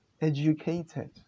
educated